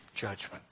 judgment